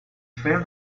feel